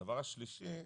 הדבר השלישי,